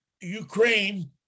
Ukraine